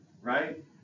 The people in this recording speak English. right